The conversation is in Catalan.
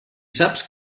saps